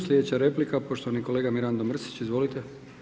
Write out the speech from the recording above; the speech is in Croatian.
Sljedeća replika poštovani kolega Mirando Mrsić, izvolite.